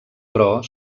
però